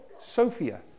Sophia